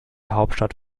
hauptstadt